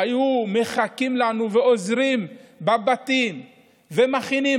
היו מחכים לנו ועוזרים בבתים ומכינים.